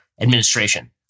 administration